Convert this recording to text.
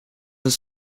were